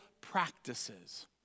practices